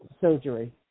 surgery